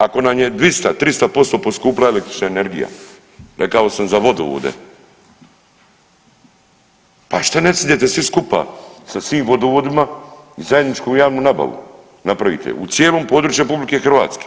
Ako nam je 200, 300% poskupila električna energija, rekao sam za vodovode, pa što ne sjednete svi skupa sa svim vodovima i zajedničku javnu nabavu napravite u cijelom području RH?